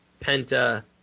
Penta